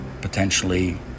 potentially